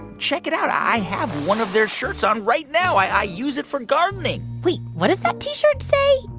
check it out. i have one of their shirts on right now. i use it for gardening wait, what does that t-shirt say?